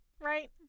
Right